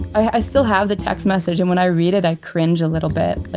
i still have the text message and when i read it, i cringe a little bit.